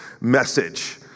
message